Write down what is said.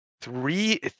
three